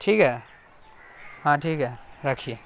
ٹھیک ہے ہاں ٹھیک ہے رکھیے